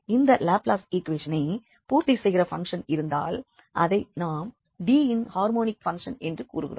இந்த லாப்ளாஸ் ஈக்குவேஷனை பூர்த்தி செய்கிற பங்க்ஷன் இருந்தால் அதை நாம் D யின் ஹார்மோனிக் பங்க்ஷன் என்று கூறுகிறோம்